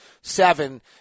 seven